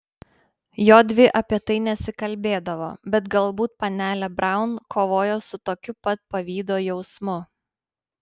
jodvi apie tai nesikalbėdavo bet galbūt panelė braun kovojo su tokiu pat pavydo jausmu